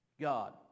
God